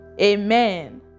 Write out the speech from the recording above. Amen